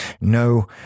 No